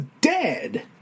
dead